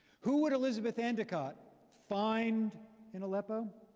who would elizabeth endicott find in aleppo?